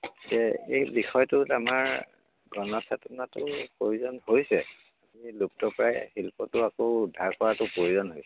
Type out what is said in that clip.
গতিকে এই বিষয়টোত আমাৰ গণচেতনাটো প্ৰয়োজন হৈছে এই লুপ্তপ্ৰায় শিল্পটো আকৌ উদ্ধাৰ কৰাটো প্ৰয়োজন হৈছে